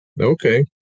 Okay